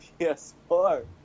PS4